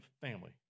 family